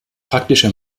praktische